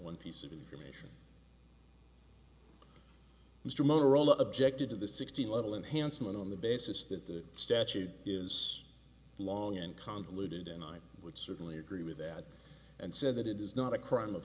one piece of information mr motorola objected to the sixteen little enhanced men on the basis that the statute is long and convoluted and i would certainly agree with that and said that it is not a crime of